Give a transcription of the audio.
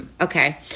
Okay